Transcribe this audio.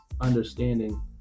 understanding